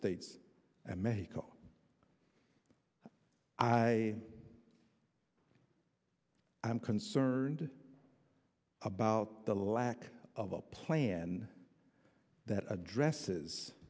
states and mexico i am concerned about the lack of a plan that addresses